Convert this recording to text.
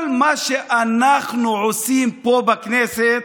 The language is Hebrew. כל מה שאנחנו עושים פה בכנסת,